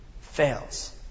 fails